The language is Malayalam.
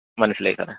മനസിലായി സാറേ